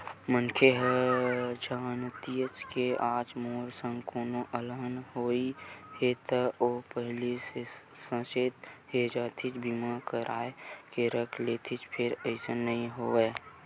मनखे ह जानतिस के आज मोर संग कोनो अलहन होवइया हे ता ओहा पहिली ले सचेत हो जातिस बीमा करा के रख लेतिस फेर अइसन नइ होवय